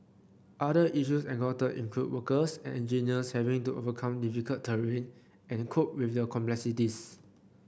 other issues encountered included workers and engineers having to overcome difficult terrain and cope with the complexities